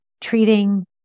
treating